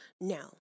Now